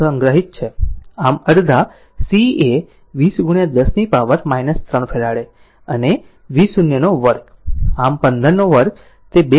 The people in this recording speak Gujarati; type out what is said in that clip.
આમ અડધા C એ 20 10 પાવર 3 ફેરાડ અને V0 વર્ગ આમ 15 વર્ગ તે 2